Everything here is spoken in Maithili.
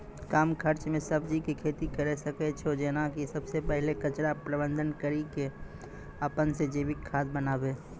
कम खर्च मे सब्जी के खेती करै सकै छौ जेना कि सबसे पहिले कचरा प्रबंधन कड़ी के अपन से जैविक खाद बनाबे?